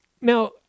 Now